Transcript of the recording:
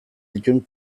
dituen